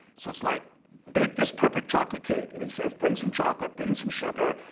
so it's like bake this perfect chocolate cake and he says, bring some chocolate, bring some sugar,